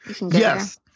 Yes